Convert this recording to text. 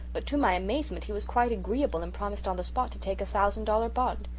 but to my amazement he was quite agreeable and promised on the spot to take a thousand dollar bond.